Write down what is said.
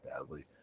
badly